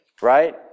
Right